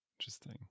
Interesting